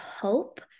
hope